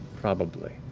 probably.